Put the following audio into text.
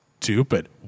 stupid